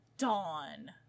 dawn